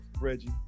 Reggie